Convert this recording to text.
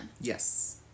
Yes